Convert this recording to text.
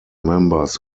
members